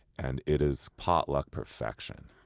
and it is potluck perfection.